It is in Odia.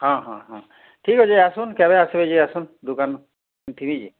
ହଁ ହଁ ହଁ ଠିକ୍ ଅଛି ଆସନୁ କେବେ ଆସିବେ ଯେ ଆସୁନ ଦୋକାନ ମୁଇଁ ଥିବି ଯେ